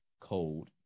cold